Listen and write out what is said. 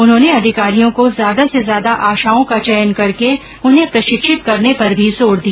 उन्होंने अधिकारियों को ज्यादा से ज्यादा आशाओं का चयन करके उन्हें प्रशिक्षित करने पर भी जोर दिया